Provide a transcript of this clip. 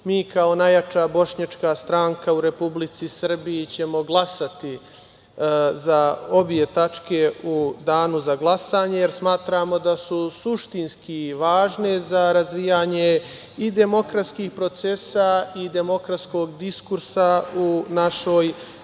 Mi kao najjača bošnjačka stranka u Republici Srbiji ćemo glasati za obe tačke u danu za glasanje, jer smatramo da su suštinski važne za razvijanje i demokratskih procesa i demokratskog diskursa u našoj